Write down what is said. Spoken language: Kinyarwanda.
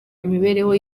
imibereho